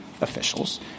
officials